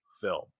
film